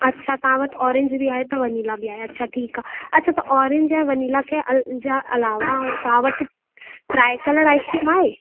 अच्छा तव्हां वटि ऑरेंज बि आहे त वेनिला बि आहे अच्छा ठीकु आ अच्छा त ऑरेंज ऐं वेनिला खे अल जा अलावा तव्हां वटि साए कलर आइसक्रीम आहे